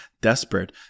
desperate